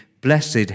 Blessed